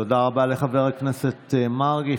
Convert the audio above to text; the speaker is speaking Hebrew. תודה רבה לחבר הכנסת מרגי.